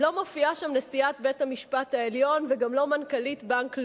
לא מופיעה שם נשיאת בית-המשפט העליון וגם לא מנכ"לית בנק לאומי.